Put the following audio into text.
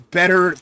better